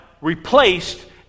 replaced